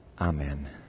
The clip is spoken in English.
Amen